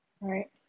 Right